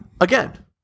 again